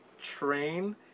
train